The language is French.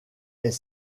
est